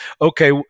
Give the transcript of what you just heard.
Okay